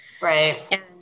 Right